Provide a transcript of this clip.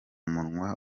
munwa